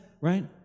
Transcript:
right